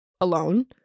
alone